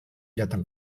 datang